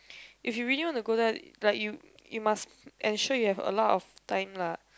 if you really want to go there like you you must ensure you have a lot of time lah